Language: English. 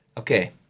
Okay